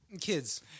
Kids